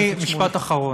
משפט אחרון.